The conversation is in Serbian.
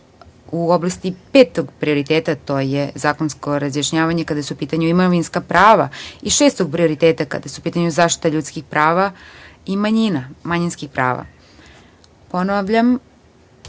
u oblasti petog prioriteta, a to je zakonsko razjašnjavanje kada su u pitanju imovinska prava i šestog prioriteta, kada su u pitanju zaštita ljudskih prava i manjinskih prava. Ponavljam,